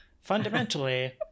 fundamentally